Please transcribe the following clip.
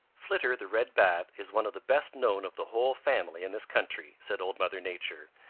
flitter the red bat is one of the best known of the whole family in this country, said old mother nature,